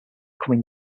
coming